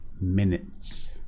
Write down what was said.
minutes